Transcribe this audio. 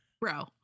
Bro